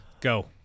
go